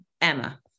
emma